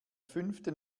fünften